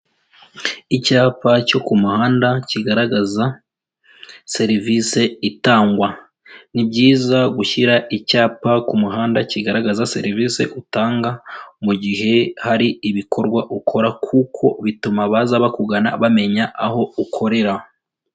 Icyapa cyo ku muhanda kigaragaza serivisi itangwa, ni byiza gushyira icyapa ku muhanda kigaragaza serivisi utanga, mu gihe hari ibikorwa ukora kuko bituma baza bakugana bamenya aho ukorera.